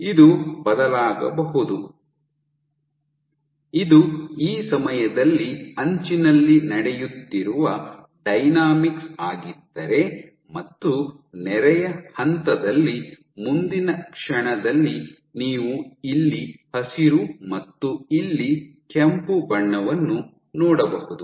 ಇದು ಬದಲಾಗಬಹುದು ಇದು ಈ ಸಮಯದಲ್ಲಿ ಅಂಚಿನಲ್ಲಿ ನಡೆಯುತ್ತಿರುವ ಡೈನಾಮಿಕ್ಸ್ ಆಗಿದ್ದರೆ ಮತ್ತು ನೆರೆಯ ಹಂತದಲ್ಲಿ ಮುಂದಿನ ಕ್ಷಣದಲ್ಲಿ ನೀವು ಇಲ್ಲಿ ಹಸಿರು ಮತ್ತು ಇಲ್ಲಿ ಕೆಂಪು ಬಣ್ಣವನ್ನು ನೋಡಬಹುದು